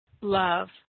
love